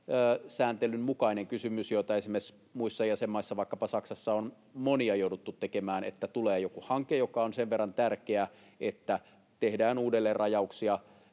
Natura-sääntelyn mukainen kysymys, joita muissa jäsenmaissa, vaikkapa Saksassa, on esimerkiksi monia jouduttu tekemään: eli tulee joku hanke, joka on sen verran tärkeä, että tehdään uudelleenrajauksia,